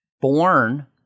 Born